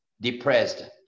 depressed